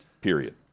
period